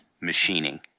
machining